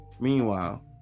Meanwhile